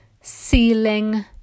Ceiling